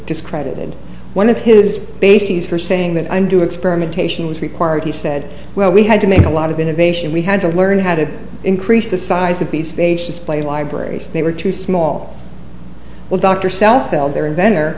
discredited one of his bases for saying that i'm do experimentation was required he said well we had to make a lot of innovation we had to learn how to increase the size of these spacious play libraries they were too small well dr southall their inventor